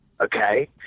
okay